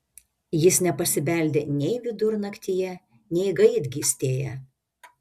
jis nepasibeldė nei vidurnaktyje nei gaidgystėje